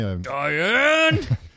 Diane